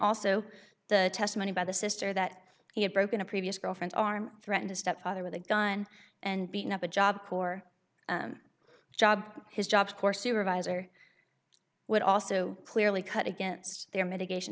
also the testimony by the sister that he had broken a previous girlfriends arm threaten his stepfather with a gun and beaten up a job for job his job corps supervisor would also clearly cut against their mitigation